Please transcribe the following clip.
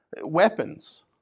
weapons